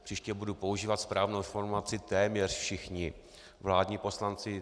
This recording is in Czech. Příště budu používat správnou formulaci téměř všichni vládní poslanci.